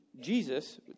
Jesus